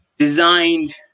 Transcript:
designed